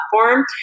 platform